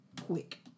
quick